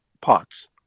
parts